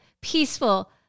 peaceful